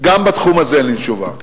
גם בתחום הזה אין לי תשובה.